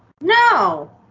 No